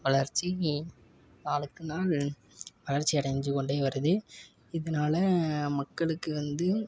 வளர்ச்சி நாளுக்கு நாள் வளர்ச்சி அடைஞ்சி கொண்டே வருது இதனால மக்களுக்கு வந்து